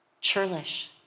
churlish